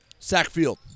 Sackfield